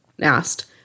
asked